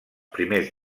primers